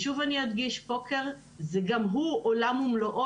שוב, אדגיש: פוקר גם הוא עולם ומלואו.